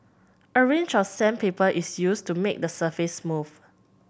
a range of sandpaper is used to make the surface smooth